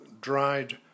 dried